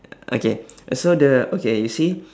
okay so the okay you see